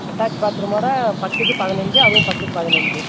attach பாத்ரூமோடு பத்துக்கு பதினஞ்சு அதுவும் பத்துக்கு பதினஞ்சு